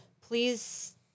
please